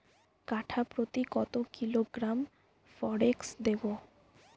কাঠাপ্রতি কত কিলোগ্রাম ফরেক্স দেবো?